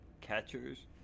catchers